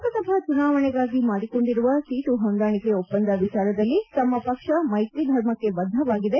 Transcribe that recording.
ಲೋಕಸಭಾ ಚುನಾವಣೆಗಾಗಿ ಮಾಡಿಕೊಂಡಿರುವ ಸೀಟು ಹೊಂದಾಣಿಕೆ ಒಪ್ಪಂದ ವಿಚಾರದಲ್ಲಿ ತಮ್ಮ ಪಕ್ಷ ಮೈತ್ರಿ ಧರ್ಮಕ್ಕೆ ಬದ್ಧವಾಗಿದೆ